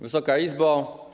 Wysoka Izbo!